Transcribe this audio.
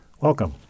Welcome